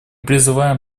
призываем